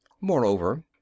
Moreover